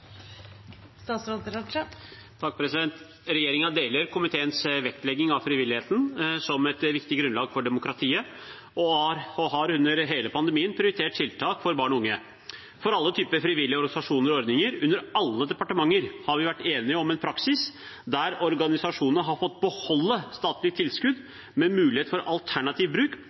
deler komiteens vektlegging av frivilligheten som et viktig grunnlag for demokratiet og har under hele pandemien prioritert tiltak for barn og unge. For alle typer frivillige organisasjoner og ordninger under alle departementer har vi vært enige om en praksis der organisasjonene har fått beholde statlig tilskudd, med mulighet for alternativ bruk